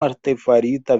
artefarita